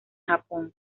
japón